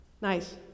nice